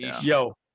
Yo